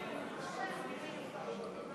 וקבוצת חברי הכנסת.